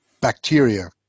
bacteria